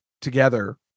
together